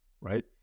right